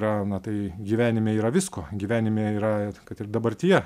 yra na tai gyvenime yra visko gyvenime yra kad ir dabartyje